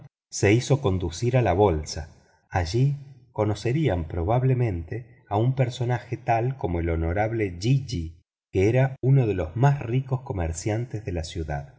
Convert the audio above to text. se hizo conducir a la bolsa allí conocerían probablemente a un personaje tal como el honorable jejeeh que era uno de los más ricos comerciantes de la ciudad